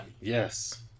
Yes